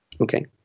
okay